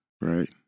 Right